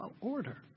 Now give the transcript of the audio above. order